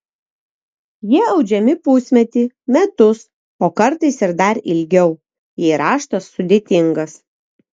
jie audžiami pusmetį metus o kartais ir dar ilgiau jei raštas sudėtingas